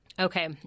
Okay